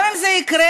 גם אם זה יקרה,